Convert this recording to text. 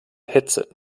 headset